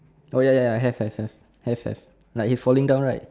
oh ya ya ya have have have have have like it's falling down right